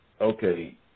okay